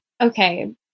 Okay